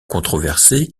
controversé